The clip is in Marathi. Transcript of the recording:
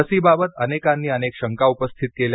लसी बाबत अनेकांनी अनेक शंका उपस्थित केल्या